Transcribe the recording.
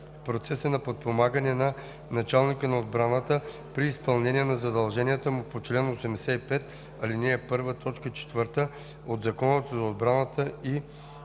процеса на подпомагане на началника на отбраната, при изпълнение на задълженията му по чл. 85, ал. 1, т. 4 от Закона за отбраната и